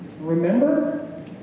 Remember